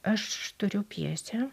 aš turiu pjesę